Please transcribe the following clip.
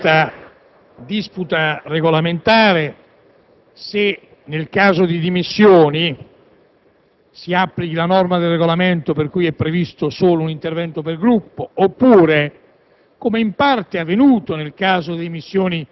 al di là di questa disputa regolamentare, se nel caso di dimissioni si applichi la norma del Regolamento per cui è previsto solo un intervento per Gruppo, oppure